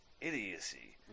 idiocy